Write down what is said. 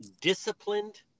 disciplined